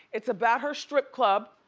it's about her strip club,